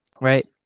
right